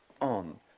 on